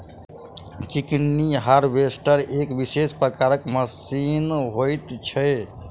chicken harvester एक विशेष प्रकारक मशीन होइत छै